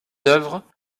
œuvres